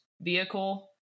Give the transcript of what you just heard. Vehicle